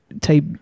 type